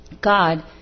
God